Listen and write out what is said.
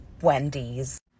Wendy's